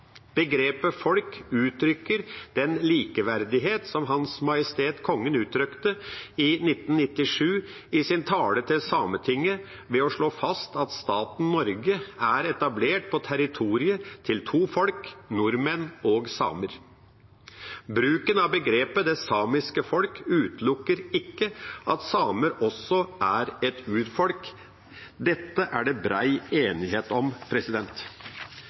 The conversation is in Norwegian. Begrepet folk uttrykker den likeverdighet som Hans Majestet Kongen uttrykte i 1997 i sin tale til Sametinget, ved å slå fast at staten Norge er etablert på territoriet til to folk: nordmenn og samer. Bruken av begrepet det samiske folk utelukker ikke at samer også er et urfolk. Dette er det bred enighet om.